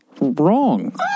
wrong